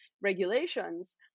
regulations